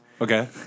Okay